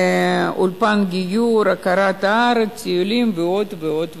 אולפן גיור, הכרת הארץ, טיולים, ועוד ועוד ועוד.